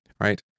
right